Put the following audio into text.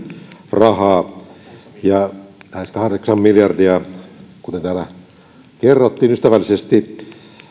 rahaa lähes kahdeksan miljardia kuten täällä kerrottiin ystävällisesti